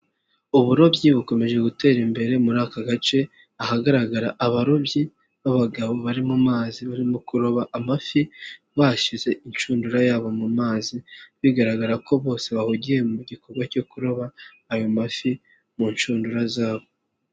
Uburobyi bukomeje gutera imbere muri aka gace, ahagaragara abarobyi b'abagabo bari mu mazi barimo kuroba amafi, bashyize inshundura yabo mu mazi, bigaragara ko bose bahugiye mu gikorwa cyo kuroba ayo mafi mu nshundura zabo.